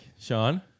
Sean